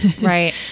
Right